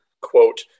quote